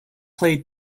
played